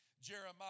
Jeremiah